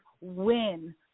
win